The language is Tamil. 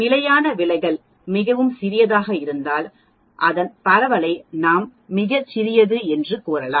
நிலையான விலகல் மிகவும் சிறியதாக இருந்தால் அதன் பரவலை நாம் மிக சிறியது என்று கூறலாம்